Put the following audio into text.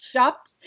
Shopped